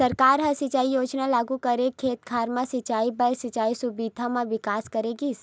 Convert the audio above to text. सरकार ह सिंचई योजना लागू करके खेत खार म सिंचई बर सिंचई सुबिधा म बिकास करे गिस